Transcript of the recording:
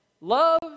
Love